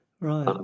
Right